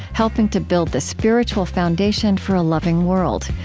helping to build the spiritual foundation for a loving world.